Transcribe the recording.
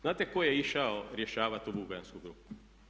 Znate tko je išao rješavati tu bugojansku grupu?